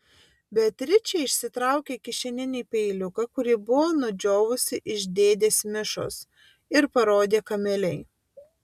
beatričė išsitraukė kišeninį peiliuką kurį buvo nudžiovusi iš dėdės mišos ir parodė kamilei